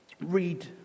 read